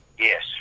Yes